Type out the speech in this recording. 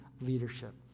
leadership